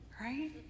right